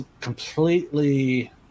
completely